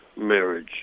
marriage